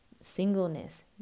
singleness